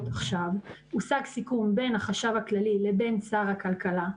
עכשיו הושג סיכום בין החשב הכללי לבין שר הכלכלה,